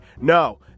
No